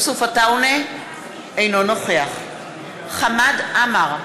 אינו נוכח חמד עמאר,